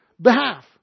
behalf